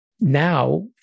Now